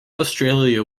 australia